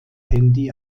handy